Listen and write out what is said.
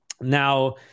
Now